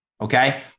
Okay